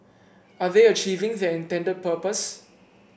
are they achieving their intended purpose